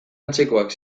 antzekoak